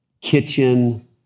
kitchen